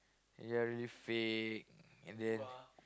they are really fake and then